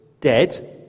dead